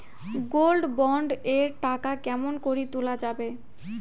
Gold bond এর টাকা কেমন করি তুলা যাবে?